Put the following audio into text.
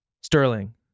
Sterling